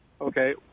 Okay